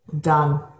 Done